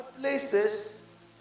places